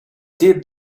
did